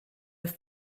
have